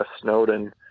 Snowden